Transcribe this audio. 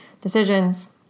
decisions